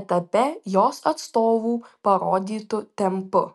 etape jos atstovų parodytu tempu